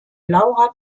laura